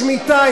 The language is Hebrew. שמיטה,